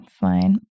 fine